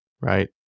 right